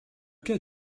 cas